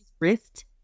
wrist